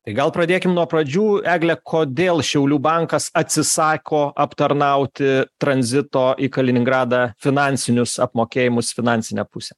tai gal pradėkim nuo pradžių egle kodėl šiaulių bankas atsisako aptarnauti tranzito į kaliningradą finansinius apmokėjimus finansinę pusę